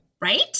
right